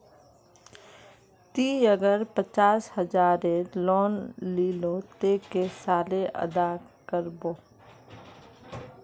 ती अगर पचास हजारेर लोन लिलो ते कै साले अदा कर बो?